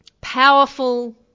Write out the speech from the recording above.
powerful